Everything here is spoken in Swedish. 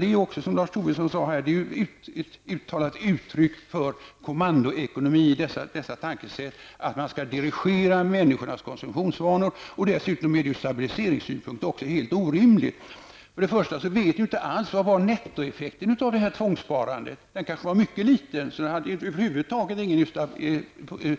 Det är, som Lars Tobisson sade, ett uttryck för kommandoekonomi att man på detta sätt skall dirigera människors konsumtionsvanor. Dessutom är det ur stabiliseringssynpunkt helt orimligt. Vi vet inte alls vilken nettoeffekten av tvångssparandet var. Den kanske var mycket liten och över huvud taget inte hade någon